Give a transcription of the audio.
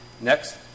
Next